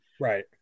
Right